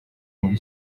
muri